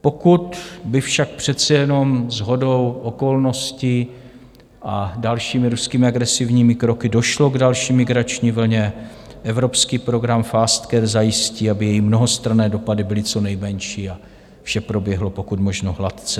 Pokud by však přece jenom shodou okolností a dalšími ruskými agresivními kroky došlo k další migrační vlně, evropský program FASTCARE zajistí, aby její mnohostranné dopady byly co nejmenší a vše proběhlo pokud možno hladce.